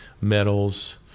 metals